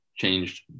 changed